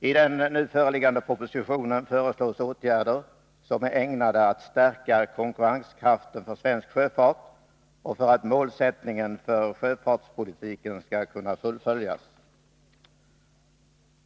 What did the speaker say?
I den nu föreliggande propositionen föreslås åtgärder som är ägnade att stärka konkurrenskraften för svensk sjöfart och se till att målsättningen för sjöfartspolitiken skall kunna fullföljas.